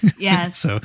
Yes